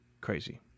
Crazy